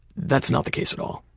that's not the case at all.